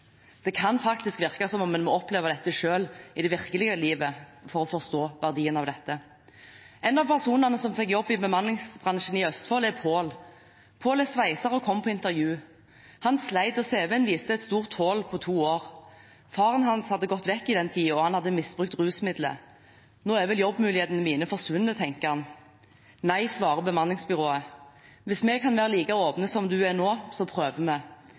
Det kan virke som om man må oppleve dette selv, i det virkelige livet, for å forstå verdien av det. En av personene som fikk jobb gjennom bemanningsbransjen i Østfold, er Paal. Paal er sveiser og kom på intervju. Han slet, og cv-en viste et stort hull på to år. Faren hans hadde gått bort i den tiden, og han hadde misbrukt rusmidler. Nå er vel jobbmulighetene mine forsvunnet, sa han. Nei, svarte bemanningsbyrået, hvis vi kan være like åpne som det du er nå, så prøver vi.